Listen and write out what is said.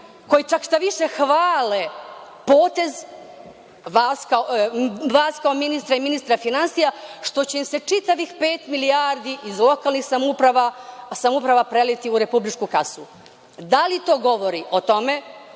koji čak šta više hvale potez vas kao ministra i ministra finansija što će se čitavih pet milijardi iz lokalnih samouprava preliti u republičku kasu. Da li to govori o tome